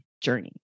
journey